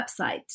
website